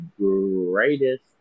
greatest